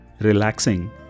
relaxing